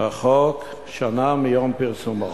החוק שנה מיום פרסומו,